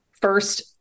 first